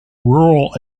rural